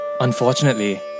Unfortunately